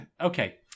Okay